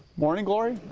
morning glory,